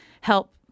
help